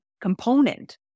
component